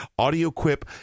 AudioQuip